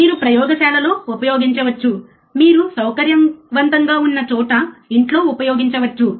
మీరు ప్రయోగశాలలో ఉపయోగించవచ్చు మీరు సౌకర్యవంతంగా ఉన్న చోట ఇంట్లో ఉపయోగించవచ్చు